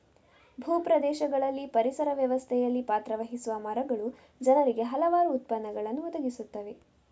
ಭೂ ಪ್ರದೇಶಗಳಲ್ಲಿ ಪರಿಸರ ವ್ಯವಸ್ಥೆಯಲ್ಲಿ ಪಾತ್ರ ವಹಿಸುವ ಮರಗಳು ಜನರಿಗೆ ಹಲವಾರು ಉತ್ಪನ್ನಗಳನ್ನು ಒದಗಿಸುತ್ತವೆ